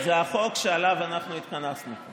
שזה החוק שעליו אנחנו התכנסנו,